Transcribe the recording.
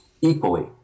equally